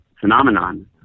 phenomenon